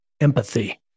empathy